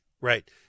right